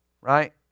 Right